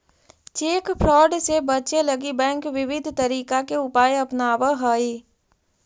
cheque fraud से बचे लगी बैंक विविध तरीका के उपाय अपनावऽ हइ